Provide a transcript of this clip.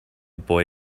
boy